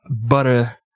butter